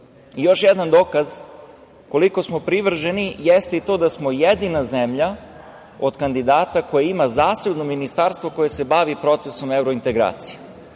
Još jedan dokaz koliko smo privrženi jeste i to da smo jedina zemlja od kandidata koja ima zasebno ministarstvo koje se bavi procesom evrointegracija.